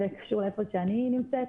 שקשור לאיפה שאני נמצאת,